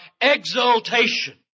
exaltation